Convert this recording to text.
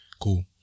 Cool